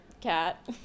cat